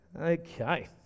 Okay